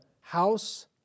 house